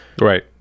Right